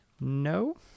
No